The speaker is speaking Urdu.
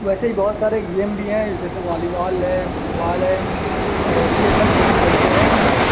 ویسے ہی بہت سارے گیم بھی ہیں جیسے والی بال ہے فٹ بال ہے اور یہ سب گیم کھیلتے ہیں